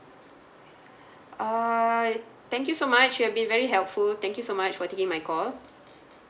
err thank you so much you've been very helpful thank you so much for taking my call